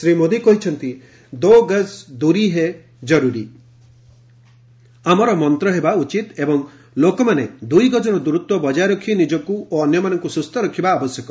ଶ୍ରୀ ମୋଦି କହିଛନ୍ତି 'ଦୋ ଗଜ୍ ଦୂରୀ ହେି ଜରୁରୀ' ଆମର ମନ୍ତ ହେବା ଉଚିତ ଏବଂ ଲୋକମାନେ ଦୁଇ ଗଜର ଦୂରତ୍ୱ ବଜାୟ ରଖି ନିଜକୁ ଓ ଅନ୍ୟମାନଙ୍କୁ ସୁସ୍ଥ ରଖିବା ଆବଶ୍ୟକ